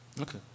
Okay